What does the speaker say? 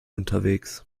unterwegs